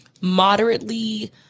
moderately